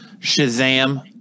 Shazam